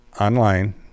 online